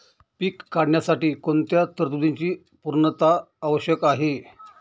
विमा काढण्यासाठी कोणत्या तरतूदींची पूर्णता आवश्यक आहे?